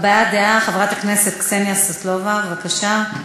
הבעת דעה, חברת הכנסת קסניה סבטלובה, בבקשה.